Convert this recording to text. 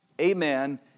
Amen